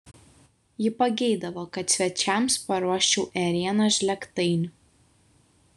ji pageidavo kad svečiams paruoščiau ėrienos žlėgtainių